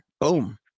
boom